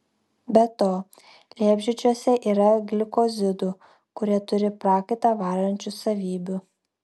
be to liepžiedžiuose yra glikozidų kurie turi prakaitą varančių savybių